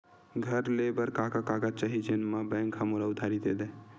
घर ले बर का का कागज चाही जेम मा बैंक हा मोला उधारी दे दय?